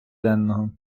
денного